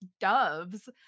doves